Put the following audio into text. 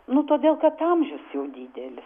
nuo todėl kad amžius jau didelis